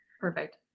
Perfect